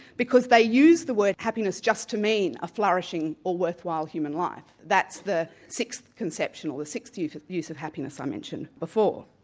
because they use the word happiness just to mean a flourishing or worthwhile human life, that's the sixth conception, or the sixth use use of happiness i mentioned before.